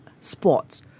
sports